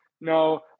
No